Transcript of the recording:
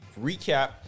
recap